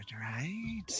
right